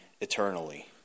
eternally